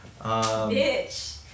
Bitch